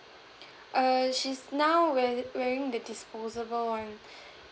err she's now wear wearing the disposable one